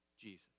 Jesus